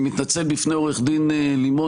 אני מתנצל בפני עו"ד לימון,